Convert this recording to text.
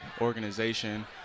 organization